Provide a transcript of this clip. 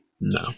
No